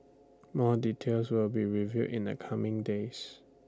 more details will be revealed in the coming days